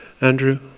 Andrew